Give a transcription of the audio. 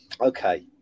Okay